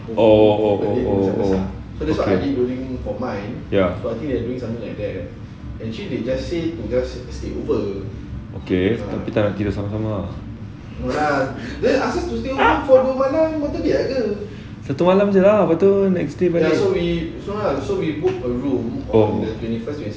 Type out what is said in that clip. oh oh oh oh oh oh ya okay tapi tak nak tidur sama-sama ah satu malam jer lah lepas tu next day balik oh